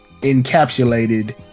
encapsulated